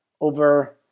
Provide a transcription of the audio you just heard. over